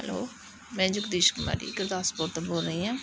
hello ਮੈਂ ਜਗਦੀਸ਼ ਕੁਮਾਰੀ ਗੁਰਦਾਸਪੁਰ ਤੋਂ ਬੋਲ ਰਹੀ ਹਾਂ